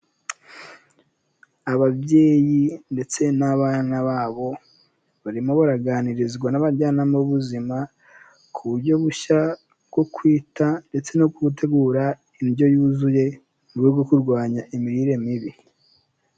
Ababyeyi ndetse n'abana babo barimo baraganirizwa n'abajyanama b'ubuzima ku buryo bushya bwo kwita ndetse no gutegura indyo yuzuye n'ubwo kurwanya imirire mibi.